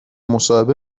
مصاحبه